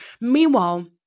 Meanwhile